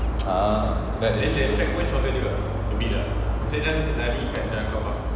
ah